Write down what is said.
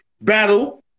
battle